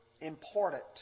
important